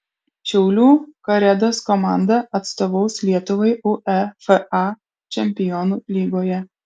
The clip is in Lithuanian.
šiaulių karedos komanda atstovaus lietuvai uefa čempionų lygoje